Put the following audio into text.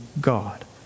God